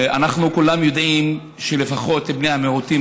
אנחנו כולם יודעים שלפחות בני המיעוטים